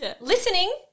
listening